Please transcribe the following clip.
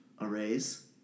arrays